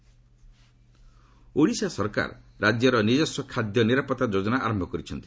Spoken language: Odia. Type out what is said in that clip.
ଓଡ଼ିଶା ଫୁଡ୍ ଓଡ଼ିଶା ସରକାର ରାଜ୍ୟର ନିଜସ୍ୱ ଖାଦ୍ୟ ନିରାପତ୍ତା ଯୋଜନା ଆରମ୍ଭ କରିଛନ୍ତି